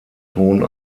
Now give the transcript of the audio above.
ton